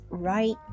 right